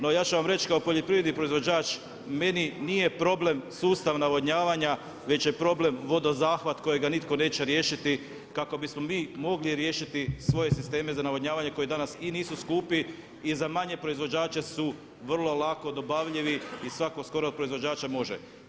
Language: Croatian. No ja ću vam reći kao poljoprivredni proizvođač, meni nije problem sustav navodnjavanja već je problem vodozahvat kojega nitko neće riješiti kako bismo mi mogli riješiti svoje sisteme za navodnjavanje koje danas i nisu skupi i za manje proizvođače su vrlo lako dobavljivi i svako skoro od proizvođača može.